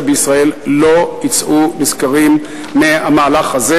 בישראל לא יצאו נשכרים מהמהלך הזה.